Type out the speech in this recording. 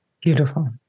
Beautiful